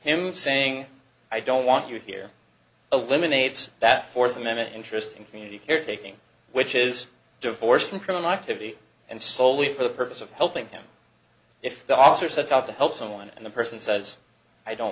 him saying i don't want you here a limb unaids that fourth amendment interest in community care taking which is divorced from criminal activity and soley for the purpose of helping him if the officer sets out to help someone and a person says i don't